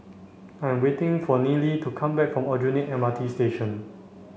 I am waiting for Nealy to come back from Aljunied M R T Station